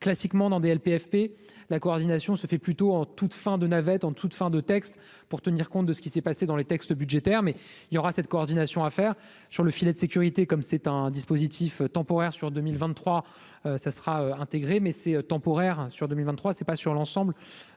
classiquement dans Des LPFP la coordination se fait plutôt en toute fin de navette en toute fin de texte pour tenir compte de ce qui s'est passé dans les textes budgétaires mais il y aura cette coordination à faire sur le filet de sécurité, comme c'est un dispositif temporaire sur 2023 ça sera intégré mais c'est temporaire sur 2023 c'est pas sur l'ensemble